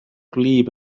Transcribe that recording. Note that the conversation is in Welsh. gwlyb